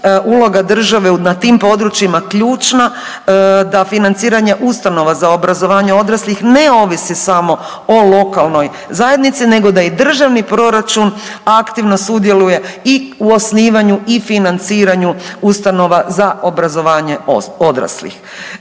uloga države na tim područjima ključna da financiranje ustanova za obrazovanje odraslih ne ovisi samo o lokalnoj zajednici nego da i državni proračun aktivno sudjeluje i osnivanju i financiranju ustanova za obrazovanje odraslih.